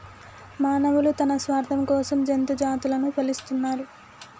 మానవులు తన స్వార్థం కోసం జంతు జాతులని బలితీస్తున్నరు